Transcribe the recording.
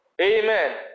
Amen